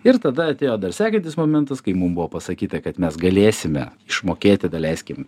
ir tada atėjo dar sekantis momentas kai mum buvo pasakyta kad mes galėsime išmokėti daleiskim